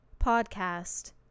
podcast